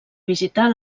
visitar